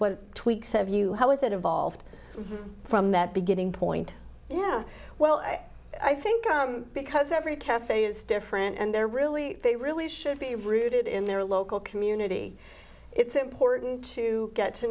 what tweaks have you how is it evolved from that beginning point yeah well i think because every cafe is different and there really they really should be rooted in their local community it's important to get to